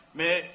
mais